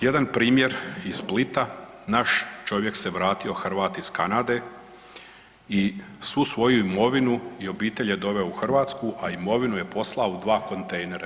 Jedan primjer iz Splita, naš čovjek se vratio Hrvat iz Kanade i svu svoju imovinu i obitelj je doveo u Hrvatsku, a imovinu je poslao u dva kontejnera.